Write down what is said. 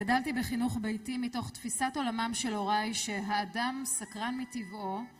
גדלתי בחינוך ביתי מתוך תפיסת עולמם של הוריי שהאדם סקרן מטבעו